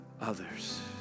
others